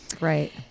Right